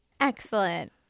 Excellent